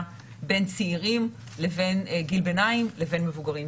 בין צעירים לבין גיל בינתיים לבין מבוגרים.